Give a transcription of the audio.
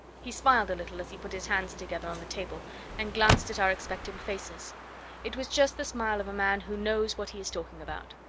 he smiled a little as he put his hands together on the table and glanced at our expectant faces it was just the smile of a man who knows what he is talking about.